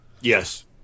Yes